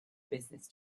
business